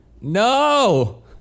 No